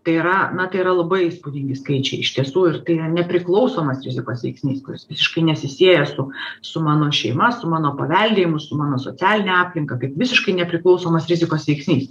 tai yra na tai yra labai įspūdingi skaičiai iš tiesų ir tai yra nepriklausomas rizikos veiksnys kuris visiškai nesisieja su su mano šeima su mano paveldėjimu su mano socialine aplinka kaip visiškai nepriklausomas rizikos veiksnys